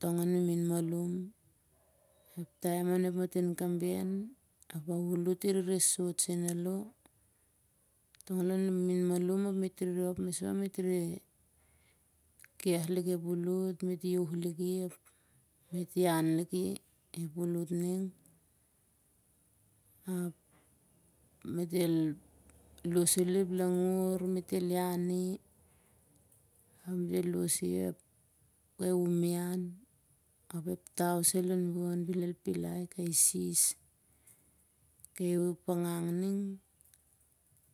Tong an mimin malum. ep taem on a matin kaben ap a ulut ireresot senalo tong an mimin malum ap met rop moso met re keh lip ep ulut, met iauh liki ap met ian liki. i ep ulit ning. met el losh salo ep langur met el ian i, ap di loshi kai umian, ap ep tau sai lon bon bel el morot kai sis. kai papagang ning